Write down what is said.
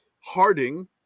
Harding